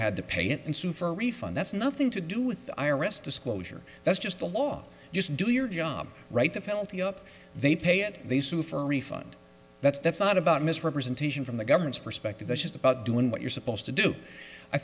to pay it and sue for a refund that's nothing to do with the i r s disclosure that's just the law just do your job right the penalty up they pay at these two for a refund that's that's not about misrepresentation from the government's perspective this is about doing what you're supposed to do i